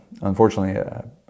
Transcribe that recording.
unfortunately